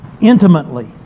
intimately